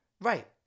Right